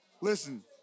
listen